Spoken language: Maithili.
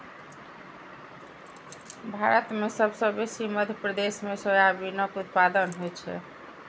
भारत मे सबसँ बेसी मध्य प्रदेश मे सोयाबीनक उत्पादन होइ छै